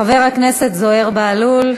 חבר הכנסת זוהיר בהלול.